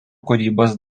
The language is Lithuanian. kūrybos